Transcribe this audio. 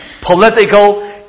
political